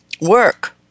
Work